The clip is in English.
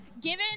given